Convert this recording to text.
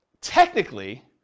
technically